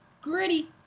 gritty